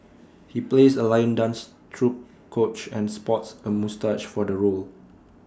he plays A lion dance troupe coach and sports A moustache for the role